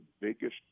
biggest